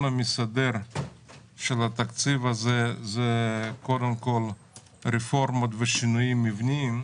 המסדר של התקציב הזה הוא קודם כל רפורמות ושינויים מבניים,